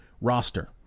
roster